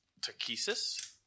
Takesis